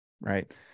right